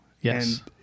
Yes